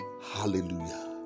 Hallelujah